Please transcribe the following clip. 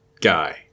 guy